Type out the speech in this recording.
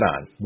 on